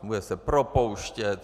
Bude se propouštět!